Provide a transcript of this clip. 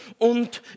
und